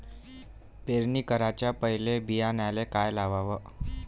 पेरणी कराच्या पयले बियान्याले का लावाव?